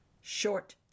Short